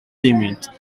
tímid